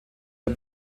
der